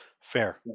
Fair